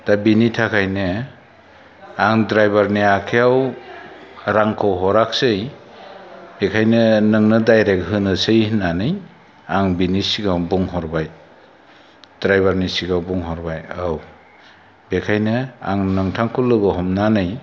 दा बिनि थाखायनो आं द्राइभारनि आखाइयाव रांखौ हराखिसै बेखायनो नोंनो दाइरेक्ट होनोसै होननानै आं बिनि सिगाङाव बुंहरबाय द्राइभारनि सिगाङाव बुंहरबाय औ बेखायनो आं नोंथांखौ लोगो हमनानै